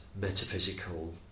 metaphysical